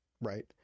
right